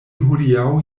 hodiaŭ